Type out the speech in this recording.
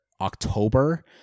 October